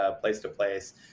place-to-place